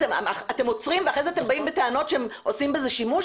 אתם עוצרים ואחר כך אתם באים בטענות שהם עושים בזה שימוש?